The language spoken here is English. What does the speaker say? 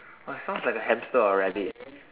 !wah! sounds like a hamster or rabbit